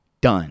Done